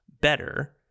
better